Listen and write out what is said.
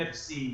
NFC,